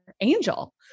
angel